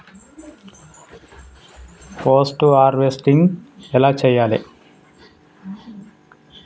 Post harvesting ఎలా చెయ్యాలే?